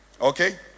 Okay